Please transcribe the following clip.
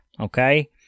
okay